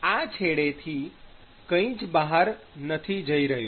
આ છેડે થી કઈ જ બહાર નથી જઈ રહ્યું